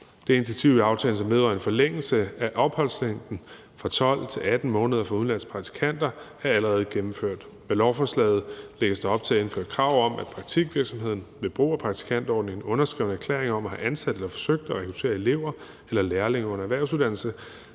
Det initiativ i aftalen, som vedrører en forlængelse af opholdslængden fra 12 til 18 måneder for udenlandske praktikanter, er allerede gennemført. Med lovforslaget lægges der op til at indføre krav om, at praktikvirksomheden ved brug af praktikantordningen underskriver en erklæring om at have ansat eller forsøgt at rekruttere elever eller lærlinge under erhvervsuddannelse,